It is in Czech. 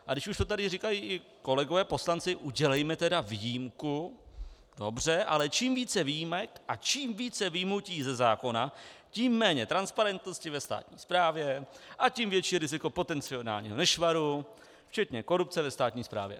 A když už to tady říkají i kolegové poslanci, udělejme tedy výjimku, dobře, ale čím více výjimek a čím více vyjmutí ze zákona, tím méně transparentnosti ve státní správě a tím větší riziko potenciálního nešvaru, včetně korupce ve státní správě.